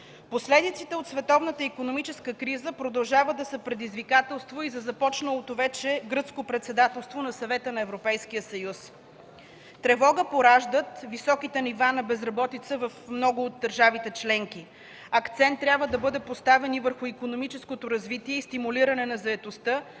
Последиците от световната икономическа криза продължат да са предизвикателство и за започналото вече Гръцко председателство на Съвета на Европейския съюз. Тревога пораждат високите нива на безработица в много от държавите членки. Акцент трябва да бъде поставен и върху икономическото развитие и стимулирането на заетостта